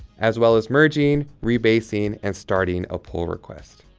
as well as, merging rebasing, and starting a pull request.